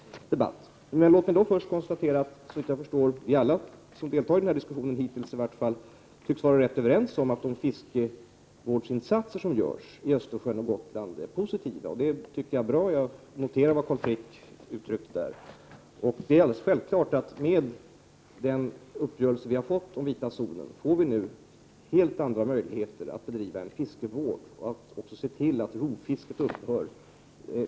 Låt mig först konstatera att såvitt jag förstår tycks alla som deltar i den här debatten hittills vara ganska överens om att de fiskevårdsinsatser som görs i Östersjön och vid Gotland är positiva. Det tycker jag är bra. Jag noterar vad Carl Frick uttryckte här. Med den uppgörelse vi har fått om vita zonen är det självklart att Sverige nu har fått helt andra möjligheter att bedriva fiskevård och att också se till att rovfisket upphör.